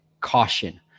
caution